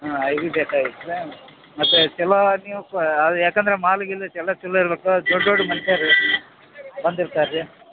ಹಾಂ I B ಬೇಕಾಗಿತ್ತ ಮತ್ತು ಚಲೋ ನಿವ್ಕ ಅವು ಯಾಕಂದರೆ ಮಾಲ್ ಗೀಲ್ ಎಲ್ಲ ಚಲೋ ಇರ್ಬೇಕು ದೊಡ್ಡ ದೊಡ್ಡ ಮಂದ್ಯ ರೀ ಬಂದಿರ್ತಾರೆ ರೀ